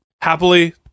happily